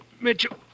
Mitchell